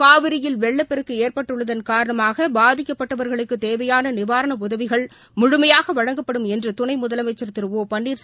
காவிரியில் வெள்ளப்பெருக்குஏற்பட்டுள்ளதன் காரணமாகபாதிக்கப்பட்டவர்களுக்குதேவையானநிவாரணஉதவிகள் முழுமையாகவழங்கப்படும் என்றுதுணைமுதலமைச்சர் பன்னீர் திரு